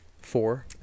four